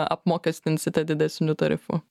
apmokestinsite didesniu tarifu